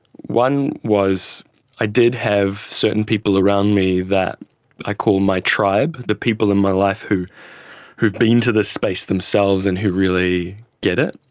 one was i did have certain people around me that i call my tribe, the people in my life who who have been to this space themselves and who really get it.